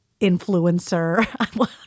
influencer